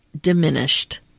diminished